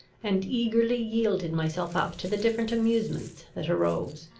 and eagerly yielded myself up to the different amusements that arose.